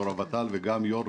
יו"ר הוות"ל וגם יו"ר